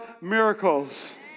miracles